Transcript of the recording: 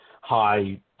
high